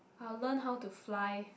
I'll learn how to fly